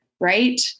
right